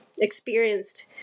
experienced